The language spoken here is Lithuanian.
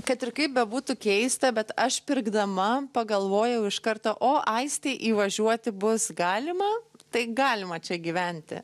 kad ir kaip bebūtų keista bet aš pirkdama pagalvojau iš karto o aistei įvažiuoti bus galima tai galima čia gyventi